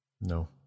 No